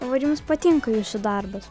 o ar jums patinka jūsų darbas